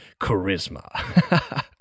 charisma